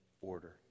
order